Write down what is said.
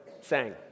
sang